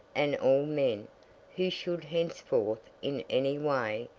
and all men, who should henceforth, in any way,